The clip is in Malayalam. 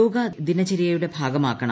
യോഗ ദിനചരൃയുടെ ഭാഗമാക്കണം